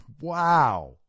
Wow